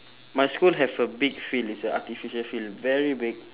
my school have a big field it's a artificial field very big